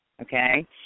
Okay